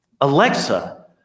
Alexa